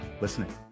listening